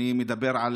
אני מדבר על